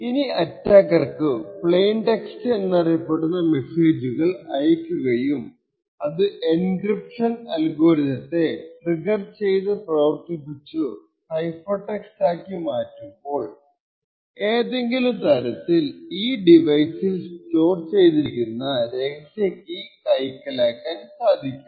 ഇനി അറ്റാക്കർക്കു plain text എന്നറിയപ്പെടുന്ന മെസ്സേജുകൾ അയക്കുകയും അത് എൻക്രിപ്ഷൻ അൽഗോരിതത്തെ ട്രിഗർ ചെയ്തു പ്രവർത്തിപ്പിച്ചു സൈഫർ ടെക്സ്റ്റ് ആക്കി മാറ്റുമ്പോൾ ഏതെങ്കിലും തരത്തിൽ ഈ ഡിവൈസിൽ സ്റ്റോർ ചെത്തിരിക്കുന്ന രഹസ്യ കീ കൈക്കലാക്കാൻ നോക്കും